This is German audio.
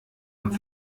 und